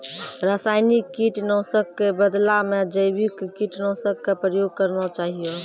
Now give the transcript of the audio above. रासायनिक कीट नाशक कॅ बदला मॅ जैविक कीटनाशक कॅ प्रयोग करना चाहियो